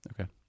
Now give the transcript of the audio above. Okay